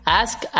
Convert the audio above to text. ask